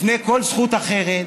לפני כל זכות אחרת,